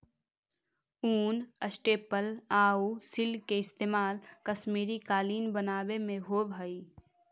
ऊन, स्टेपल आउ सिल्क के इस्तेमाल कश्मीरी कालीन बनावे में होवऽ हइ